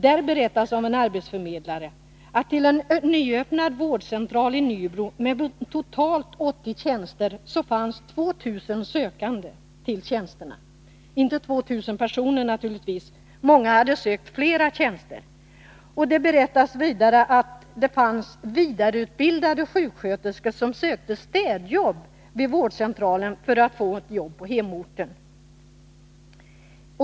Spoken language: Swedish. Där berättas av en arbetsförmedlare att till en nyöppnad vårdcentral i Nybro med totalt 80 tjänster fanns 2 000 sökande. Det var naturligtvis inte 2 000 personer som hade sökt tjänsterna — många hade sökt flera tjänster. Det fanns, berättas det, vidareutbildade sjuksköterskor som sökte städjobb vid vårdcentralen för att få ett jobb på hemorten.